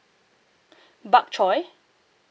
bok choy